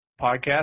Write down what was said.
podcast